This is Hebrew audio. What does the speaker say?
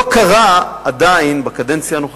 לא קרה עדיין בקדנציה הנוכחית,